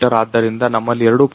ಆದ್ದರಿಂದ ನಮ್ಮಲ್ಲಿ 2